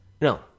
No